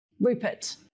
Rupert